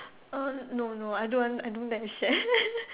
uh no no I don't I don't dare to share